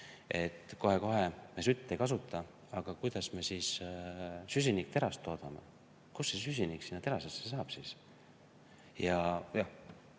et kohe-kohe me sütt ei kasuta, aga kuidas me siis süsinikterast toodame. Kust see süsinik sinna terasesse saab siis?